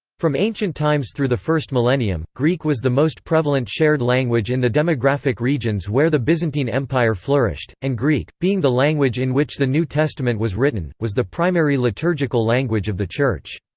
from ancient times through the first millennium, greek was the most prevalent shared language in the demographic regions where the byzantine empire flourished, and greek, being the language in which the new testament was written, was the primary liturgical language of the church.